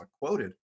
quoted